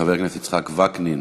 חבר הכנסת יצחק וקנין,